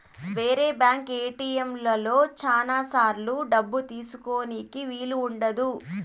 వేరే బ్యాంక్ ఏటిఎంలలో శ్యానా సార్లు డబ్బు తీసుకోనీకి వీలు ఉండదు